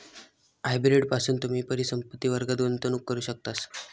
hybrid पासून तुम्ही परिसंपत्ति वर्गात गुंतवणूक करू शकतास